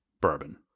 bourbon